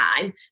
time